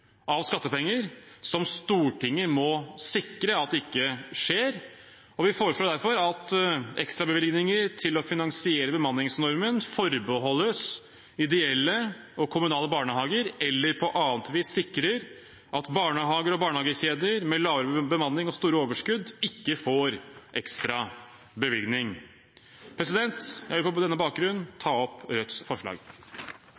av skattepenger som Stortinget må sikre ikke skjer. Vi foreslår derfor at ekstrabevilgninger til å finansiere bemanningsnormen forbeholdes ideelle og kommunale barnehager eller på annet vis sikrer at barnehager og barnehagekjeder med lavere bemanning og store overskudd ikke får ekstra bevilgning. Jeg vil på denne